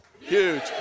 huge